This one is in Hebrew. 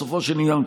בסופו של עניין,